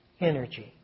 energy